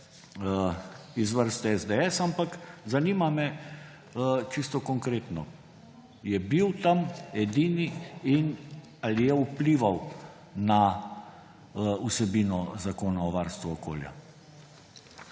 iz vrste SDS, ampak zanima me čisto konkretno. Je bil tam edini in ali je vplival na vsebino Zakona o varstvu okolja?